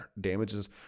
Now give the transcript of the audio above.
damages